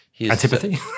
Antipathy